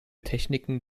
techniken